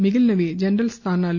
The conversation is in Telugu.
మిగిలినవి జనరల్ స్థానాలు